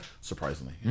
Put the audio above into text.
surprisingly